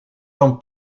van